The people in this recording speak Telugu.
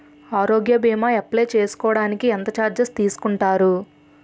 ఆరోగ్య భీమా అప్లయ్ చేసుకోడానికి ఎంత చార్జెస్ తీసుకుంటారు?